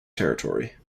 territory